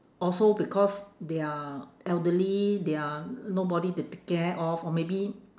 also because they are elderly they are nobody to take care of or maybe